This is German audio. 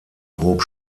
hob